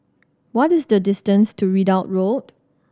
what is the distance to Ridout Road